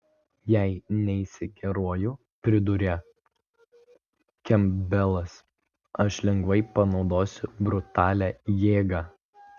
jei neisi geruoju priduria kempbelas aš lengvai panaudosiu brutalią jėgą